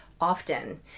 often